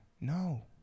No